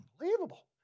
unbelievable